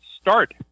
start